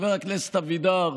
חבר הכנסת אבידר,